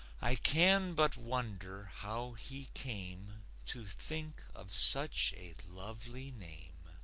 i can but wonder how he came to think of such a lovely name.